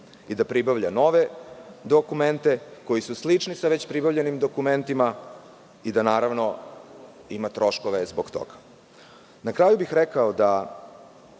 je da pribavlja nove dokumente koji su slični sa već pribavljenim dokumentima i da zbog toga ima troškove. Na kraju bih rekao da